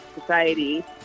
society